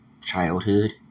childhood